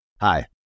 Hi